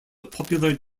popular